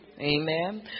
Amen